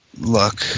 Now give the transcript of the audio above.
look